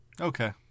Okay